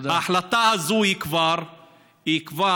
ההחלטה הזאת היא כבר אפרטהייד.